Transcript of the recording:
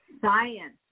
science